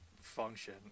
function